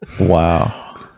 wow